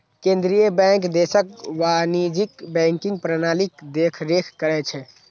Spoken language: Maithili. केंद्रीय बैंक देशक वाणिज्यिक बैंकिंग प्रणालीक देखरेख करै छै